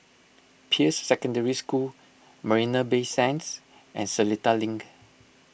Peirce Secondary School Marina Bay Sands and Seletar Link